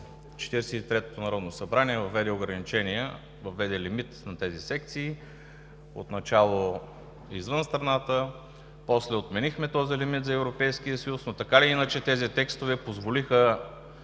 43-тото народно събрание въведе ограничения, въведе лимит на тези секции – от начало извън страната, после отменихме този лимит за Европейския съюз, но така или иначе тези текстове позволиха,